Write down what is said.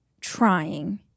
trying